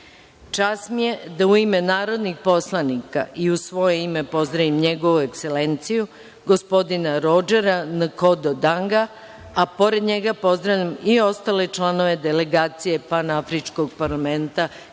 mi je da u ime narodnih poslanika i u svoje ime, pozdravim Njegovu Ekselenciju, gospodina Rodžera Nkodo Danga, a pored njega pozdravljam i ostale članove delegacije Panafričkog parlamenta,